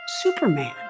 Superman